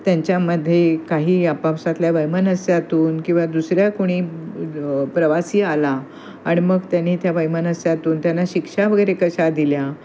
त्यांच्यामध्ये काही आपापसातल्या वैमनस्यातून किंवा दुसऱ्या कोणी प्रवासी आला आणि मग त्यांनी त्या वैमनस्यातून त्यांना शिक्षा वगैरे कशा दिल्या